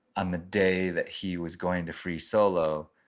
on the day that he was going to free solo,